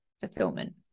fulfillment